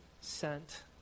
sent